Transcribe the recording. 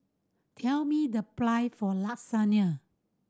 tell me the price of Lasagne